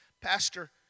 Pastor